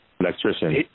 Electrician